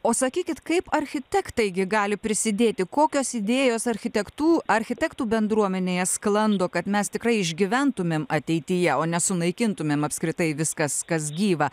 o sakykit kaip architektai gi gali prisidėti kokios idėjos architektų architektų bendruomenėje sklando kad mes tikrai išgyventumėm ateityje o ne sunaikintumėm apskritai viskas kas gyva